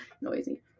noisy